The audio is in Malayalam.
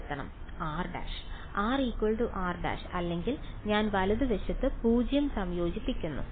r' rr' അല്ലെങ്കിൽ ഞാൻ വലതുവശത്ത് 0 സംയോജിപ്പിക്കുന്നു